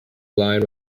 line